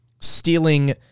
stealing